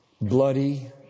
bloody